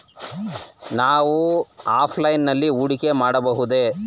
ನಾವು ಆಫ್ಲೈನ್ ನಲ್ಲಿ ಹೂಡಿಕೆ ಮಾಡಬಹುದೇ?